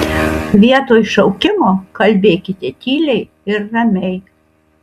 vietoj šaukimo kalbėkite tyliai ir ramiai